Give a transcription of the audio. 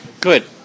Good